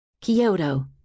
Kyoto